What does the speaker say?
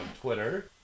Twitter